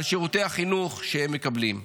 על שירותי החינוך שהם מקבלים,